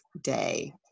day